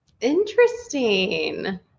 Interesting